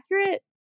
accurate